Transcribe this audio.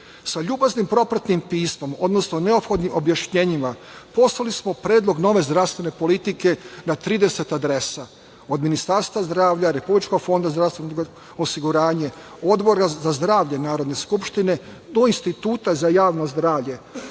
ljubaznim propratnim pismom, odnosno neophodnim objašnjenjima, poslali smo predlog nove zdravstvene politike na 30 adresa, od Ministarstva zdravlja, RFZO, Odbora za zdravlje Narodne skupštine do Instituta za javno zdravlje.